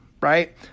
Right